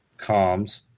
comms